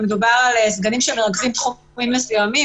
ומדובר על סגנים שמרכזים תחומים מסוימים,